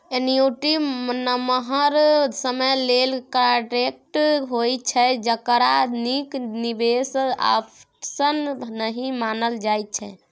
annuity नमहर समय लेल कांट्रेक्ट होइ छै जकरा नीक निबेश आप्शन नहि मानल जाइ छै